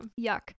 yuck